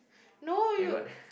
no you